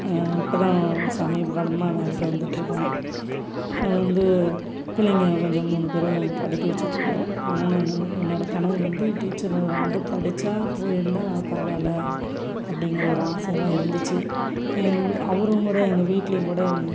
இப்போ தான் சமீப காலமாக வேலைக்கு வந்துட்ருக்கிறேன் வந்து பிள்ளைங்கள் கொஞ்சம் மூணு பேரும் படிக்க வச்சிட்ருக்கிறோம் ஆனால் நான் என்னோட கனவு வந்து டீச்சரு ரொம்ப படித்தா போயிருந்தால் பரவாயில்ல அப்படிங்கிற ஒரு ஆசைலாம் இருந்துச்சு அவரும் கூட எங்கள் வீட்லேயும் கூட